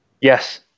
Yes